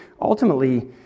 ultimately